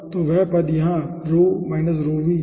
तो वह पद यहाँ पर आ रहा होगा